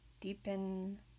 deepen